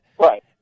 Right